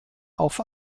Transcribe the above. auf